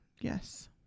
Yes